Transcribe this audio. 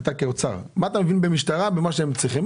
כאוצר מבין במה שצריכים במשטרה.